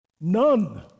None